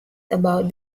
about